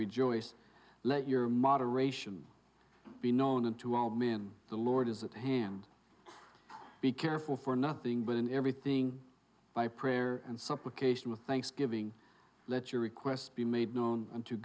rejoice let your moderation be known and to all men the lord is at hand be careful for nothing but in everything by prayer and supplication with thanksgiving let your requests be made known